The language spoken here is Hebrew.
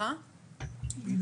בבקשה.